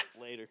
Later